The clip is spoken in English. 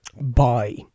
Bye